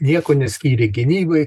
nieko neskyrė gynybai